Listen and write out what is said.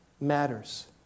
matters